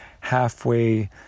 halfway